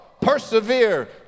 Persevere